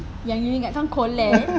yang you ingatkan colette